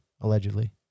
allegedly